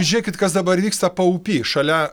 žiūrėkit kas dabar vyksta paupy šalia